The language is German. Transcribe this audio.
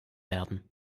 werden